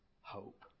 hope